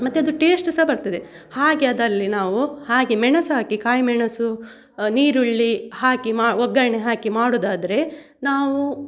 ಮತ್ತೆ ಅದು ಟೇಸ್ಟು ಸಹ ಬರ್ತದೆ ಹಾಗೆ ಅದರಲ್ಲಿ ನಾವು ಹಾಗೆ ಮೆಣಸು ಹಾಕಿ ಕಾಯಿಮೆಣಸು ಈರುಳ್ಳಿ ಹಾಕಿ ಮಾ ಒಗ್ಗರಣೆ ಹಾಕಿ ಮಾಡೋದಾದ್ರೆ ನಾವು